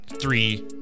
three